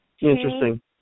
interesting